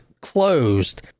closed